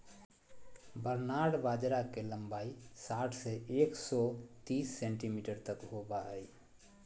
barnyard बाजरा के लंबाई साठ से एक सो तिस सेंटीमीटर तक होबा हइ